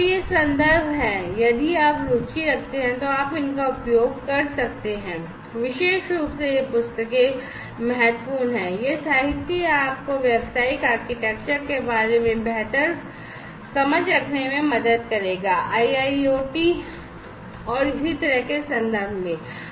ये संदर्भ हैं यदि आप रुचि रखते हैं तो आप इनका उपयोग कर सकते हैं विशेष रूप से ये पुस्तकें महत्वपूर्ण हैं यह साहित्य आपको व्यावसायिक आर्किटेक्चर के बारे में बेहतर समझ रखने में मदद करेगा IIoT और इसी तरह के संदर्भ में